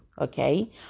Okay